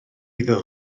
iddo